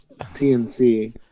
TNC